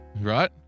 right